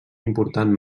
important